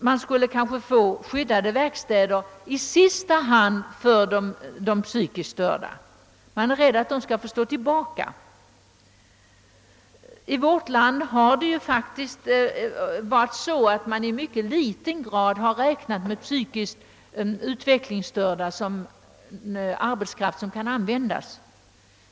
Man har därför varit angelägen om att säga någonting i denna fråga, så att inte de psykiskt utvecklingsstörda skall få stå tillbaka i detta sammanhang. I vårt land har man i mycket liten utsträckning räknat med de psykiskt utvecklingsstörda som en arbetskrafts reserv.